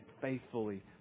faithfully